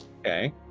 Okay